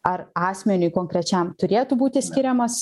ar asmeniui konkrečiam turėtų būti skiriamas